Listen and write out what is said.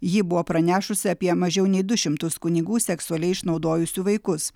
ji buvo pranešusi apie mažiau nei du šimtus kunigų seksualiai išnaudojusių vaikus